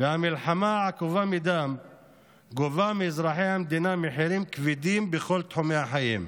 והמלחמה העקובה מדם גובה מאזרחי המדינה מחירים כבדים בכל תחומי החיים.